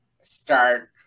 start